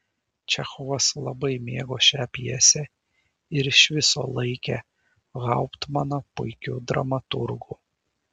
čechovas labai mėgo šią pjesę ir iš viso laikė hauptmaną puikiu dramaturgu